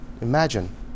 Imagine